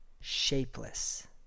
Shapeless